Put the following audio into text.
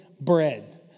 Bread